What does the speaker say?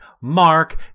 Mark